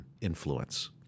influence